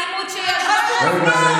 האלימות שיש בחוץ,